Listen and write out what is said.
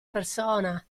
persona